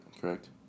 Correct